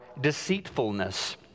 deceitfulness